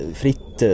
fritt